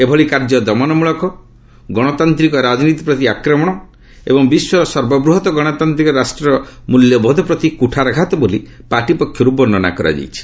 ଏଭଳି କାର୍ଯ୍ୟ ଦମନମୂଳକ ଗଣତାନ୍ତିକ ରାଜନୀତି ପ୍ରତି ଆକ୍ରମଣ ଏବଂ ବିଶ୍ୱର ସର୍ବବୃହତ୍ ଗଣତାନ୍ତିକ ରାଷ୍ଟ୍ରର ମୂଲ୍ୟବୋଧ ପ୍ରତି କୁଠାରଘାତ ବୋଲି ପାର୍ଟି ପକ୍ଷରୁ ବର୍ଷ୍ଣନା କରାଯାଇଛି